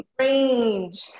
range